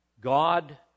god